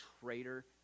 traitor